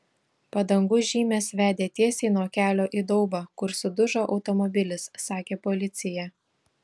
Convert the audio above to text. padangų žymės vedė tiesiai nuo kelio į daubą kur sudužo automobilis sakė policija